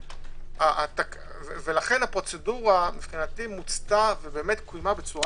לכן הפרוצדורה מבחינתי מוצתה וקוימה בצורה